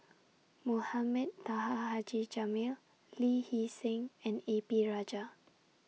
Mohamed Taha Haji Jamil Lee Hee Seng and A P Rajah